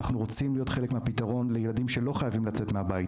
אנחנו רוצים להיות חלק מהפתרון לילדים שלא חייבים לצאת מהבית,